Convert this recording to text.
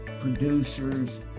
producers